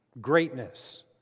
greatness